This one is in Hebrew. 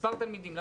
מספר תלמידים,